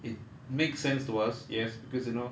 it makes sense to us yes because you know